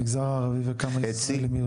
המגזר הערבי וכמה ישראלים יהודיים?